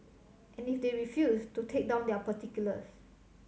and if they refuse to take down their particulars